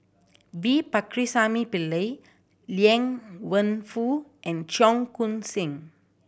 V Pakirisamy Pillai Liang Wenfu and Cheong Koon Seng